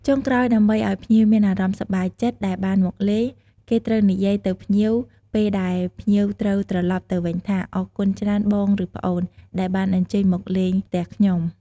ចុងក្រោយ ដើម្បីឲ្យភ្ញៀវមានអារម្មណ៍សប្បាយចិត្តដែលបានមកលេង គេត្រូវនិយាយទៅភ្ញៀវពេលដែលភ្ញៀវត្រូវត្រឡប់ទៅវិញថា អរគុណច្រើនបងឬប្អូន ដែលបានអញ្ជើញមកលេងផ្ទះខ្ញុំ!។